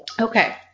Okay